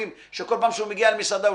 שכל פעם שהוא מגיע למסעדה,